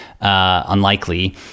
unlikely